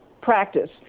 practice